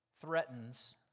threatens